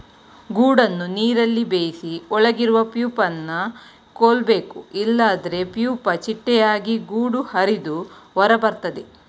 ಗೂಡನ್ನು ನೀರಲ್ಲಿ ಬೇಯಿಸಿ ಒಳಗಿರುವ ಪ್ಯೂಪನ ಕೊಲ್ಬೇಕು ಇಲ್ವಾದ್ರೆ ಪ್ಯೂಪ ಚಿಟ್ಟೆಯಾಗಿ ಗೂಡು ಹರಿದು ಹೊರಬರ್ತದೆ